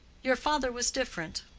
your father was different.